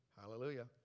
hallelujah